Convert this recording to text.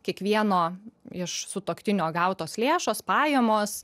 kiekvieno iš sutuoktinio gautos lėšos pajamos